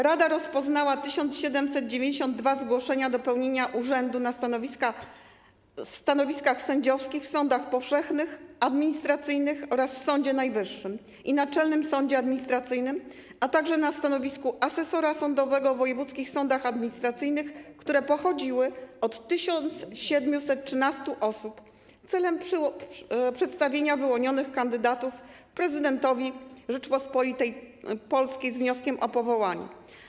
Rada rozpoznała 1792 zgłoszenia do pełnienia urzędu na stanowiskach sędziowskich w sądach powszechnych, administracyjnych oraz w Sądzie Najwyższym i Naczelnym Sądzie Administracyjnym, a także na stanowisku asesora sądowego w wojewódzkich sądach administracyjnych, które pochodziły od 1713 osób, celem przedstawienia wyłonionych kandydatów prezydentowi Rzeczypospolitej z wnioskiem o powołanie.